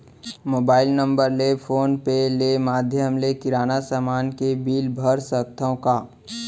Mobile number ले PhonePe ले माधयम ले किराना समान के बिल भर सकथव का?